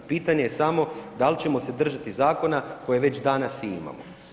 Pitanje je samo da li ćemo se držati zakona koje već danas i imamo.